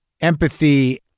empathy